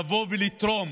לבוא ולתרום